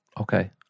okay